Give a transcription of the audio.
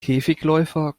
käfigläufer